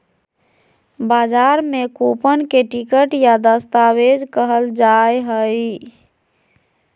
बजार में कूपन के टिकट या दस्तावेज कहल जा हइ